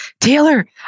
Taylor